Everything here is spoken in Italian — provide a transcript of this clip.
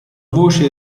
voce